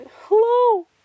Hello